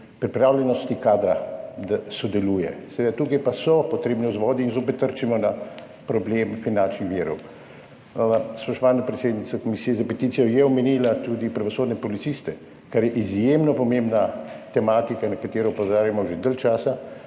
pripravljenosti kadra, da sodeluje. Tukaj so pa seveda potrebni vzvodi in zopet trčimo na problem finančnih virov. Spoštovana predsednica komisije za peticije je omenila tudi pravosodne policiste, kar je izjemno pomembna tematika, na katero opozarjamo že dalj časa,